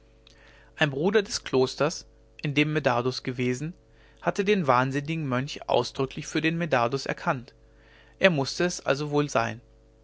ein bruder des klosters in dem medardus gewesen hatte den wahnsinnigen mönch ausdrücklich für den medardus erkannt er mußte es also wohl sein